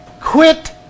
Quit